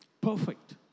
perfect